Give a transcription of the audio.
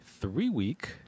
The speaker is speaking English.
three-week